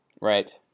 Right